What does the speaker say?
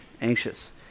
anxious